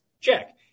Check